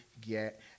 get